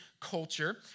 culture